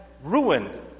ruined